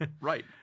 Right